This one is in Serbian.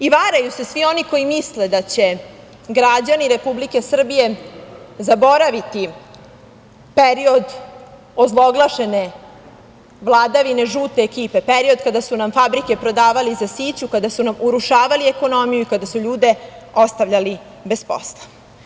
I varaju se svi oni koji misle da će građani Republike Srbije zaboraviti period ozloglašene vladavine žute ekipe, period kada su nam fabrike prodavali za siću, kada su nam urušavali ekonomiju i kada su ljude ostavljali bez posla.